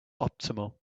optimal